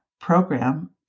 program